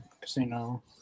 casino